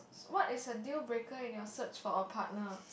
what is a dealbreaker in your search for a partner